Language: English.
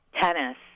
tennis